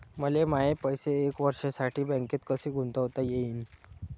मले माये पैसे एक वर्षासाठी बँकेत कसे गुंतवता येईन?